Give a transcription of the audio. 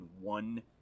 one